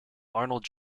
arnold